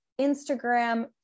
Instagram